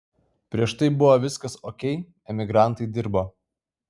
prieš tai buvo viskas okei emigrantai dirbo